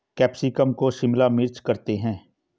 capsicum को शिमला मिर्च करते हैं